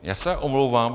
Já se omlouvám.